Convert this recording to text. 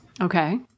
Okay